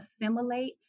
assimilate